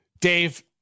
Dave